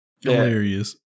Hilarious